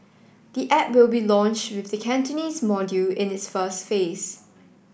the app will be launched with the Cantonese module in its first phase